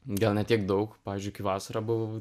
gal ne tiek daug pavyzdžiui kai vasarą buvau